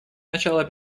начало